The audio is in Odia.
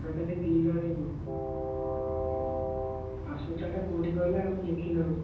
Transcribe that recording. ଆମେ ତାହେଲେ ଦୁଇ ଜଣ ଯିବୁ ହସ୍ପିଟାଲଟା କେଉଁଠି କହିଲେ ଆମେ ଦେଖିନାହୁଁ